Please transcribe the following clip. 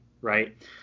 Right